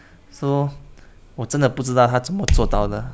so 我真的不知道他怎么做到的